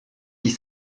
dix